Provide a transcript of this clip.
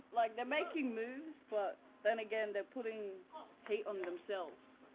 like they're making moves. but then again, they're putting heat on themselves.